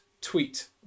tweet